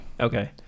Okay